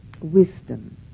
wisdom